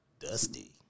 Dusty